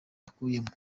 bakuyemo